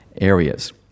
areas